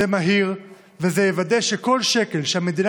זה מהיר וזה יוודא שכל שקל שהמדינה